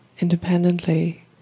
independently